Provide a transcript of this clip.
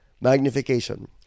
Magnification